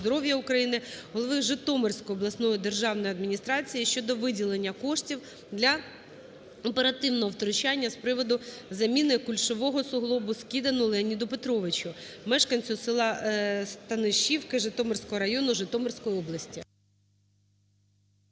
здоров'я України, голови Житомирської обласної державної адміністрації щодо виділення коштів для оперативного втручання з приводу заміникульшового суглобу Скидану Леоніду Петровичу, мешканцю селаСтанишівки Житомирського району Житомирської області.